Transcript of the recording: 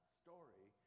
story